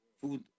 food